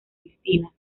cristina